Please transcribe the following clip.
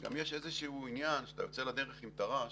וגם יש איזשהו עניין כשאתה יוצא לדרך עם תר"ש